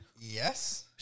Yes